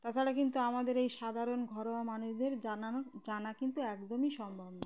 তাছাড়া কিন্তু আমাদের এই সাধারণ ঘরোয়া মানুষদের জানানো জানা কিন্তু একদমই সম্ভব নয়